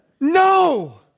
No